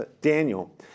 Daniel